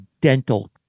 Dental